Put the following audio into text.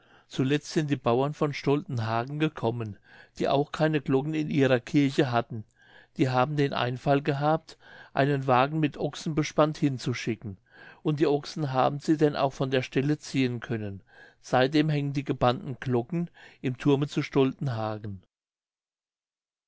zuletzt sind die bauern von stoltenhagen gekommen die auch keine glocken in ihrer kirche hatten die haben den einfall gehabt einen wagen mit ochsen bespannt hinzuschicken und die ochsen haben sie denn auch von der stelle ziehen können seitdem hängen die gebannten glocken im thurme zu